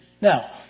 Now